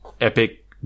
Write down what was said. epic